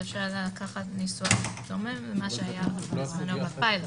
אפשר לקחת ניסוח דומה ממה שהיה בזמנו בפילוט.